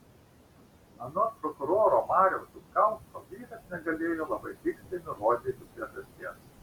anot prokuroro mariaus zupkausko vyras negalėjo labai tiksliai nurodyti priežasties